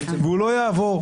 והוא לא יעבור.